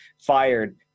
fired